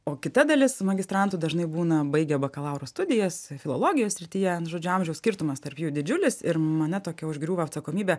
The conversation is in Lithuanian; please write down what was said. o kita dalis magistrantų dažnai būna baigę bakalauro studijas filologijos srityje nu žodžiu amžiaus skirtumas tarp jų didžiulis ir mane tokia užgriūva atsakomybė